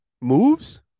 moves